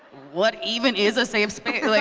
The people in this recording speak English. what even is a safe space? like